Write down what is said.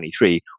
2023